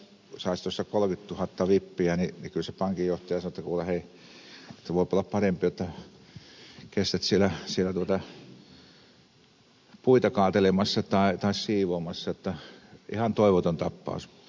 kyllä se pankinjohtaja sanoo että kuule hei se voip olla parempi jotta kestät siellä puita kaatelemassa tai siivoamassa jotta ihan toivoton tapaus